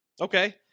Okay